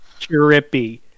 trippy